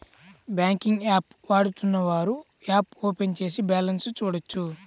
banking app వాడుతున్నవారు app open చేసి balance చూడొచ్చు